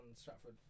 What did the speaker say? Stratford